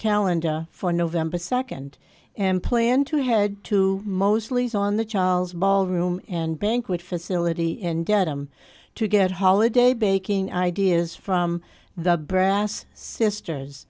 calendar for november second and plan to head to mostly on the charles ballroom and banquet facility in dedham to get holiday baking ideas from the brass sisters